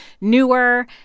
newer